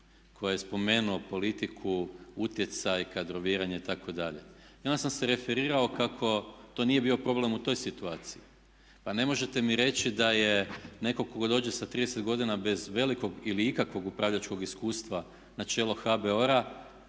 koji je spomenuo politiku, utjecaj, kadroviranje itd. I onda sam se referirao kako to nije bio problem u toj situaciji. Pa ne možete mi reći da je netko tko dođe sa 30 godina bez velikog ili ikakvog upravljačkog iskustva na čelo HBOR-a